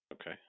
Okay